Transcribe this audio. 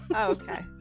okay